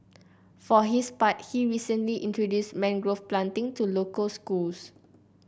for his part he recently introduced mangrove planting to local schools